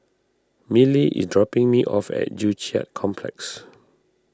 Milly is dropping me off at Joo Chiat Complex